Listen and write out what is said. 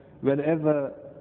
whenever